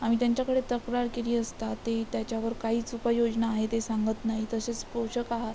आम्ही त्यांच्याकडे तक्रार केली असता ते त्याच्यावर काहीच उपाययोजना आहे ते सांगत नाही तसेच पोषक आहार